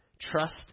Trust